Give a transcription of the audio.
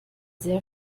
sehr